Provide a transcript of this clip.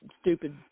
stupid